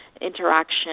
interaction